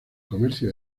comercio